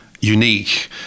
unique